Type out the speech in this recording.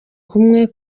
kumwe